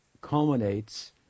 culminates